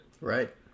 Right